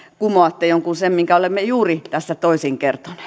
kumoatte jonkun sellaisen minkä olemme juuri tässä toisin kertoneet